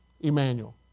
Emmanuel